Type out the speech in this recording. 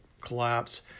collapse